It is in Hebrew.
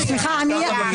אין בעיה,